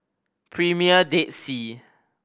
Premier Dead Sea